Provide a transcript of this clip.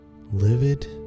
Livid